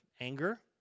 anger